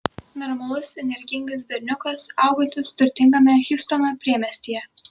normalus energingas berniukas augantis turtingame hjustono priemiestyje